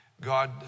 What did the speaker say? God